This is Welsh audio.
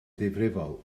ddifrifol